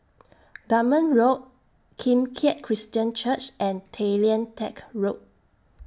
Dunman Road Kim Keat Christian Church and Tay Lian Teck Road